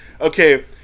okay